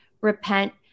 repent